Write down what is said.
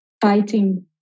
fighting